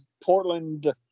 Portland